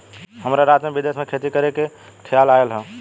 हमरा रात में विदेश में खेती करे के खेआल आइल ह